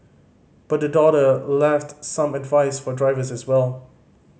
but the daughter left some advice for drivers as well